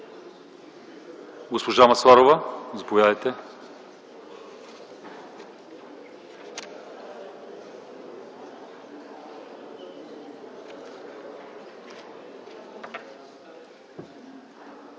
Госпожа Масларова, заповядайте.